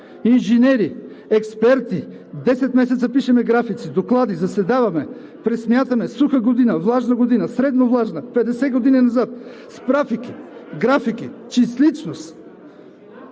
инженери, експерти – 10 месеца пишем графици, доклади, заседаваме, пресмятаме – суха година, влажна година, средновлажна – 50 години назад, с графики. (Шум, тропане